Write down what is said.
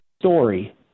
story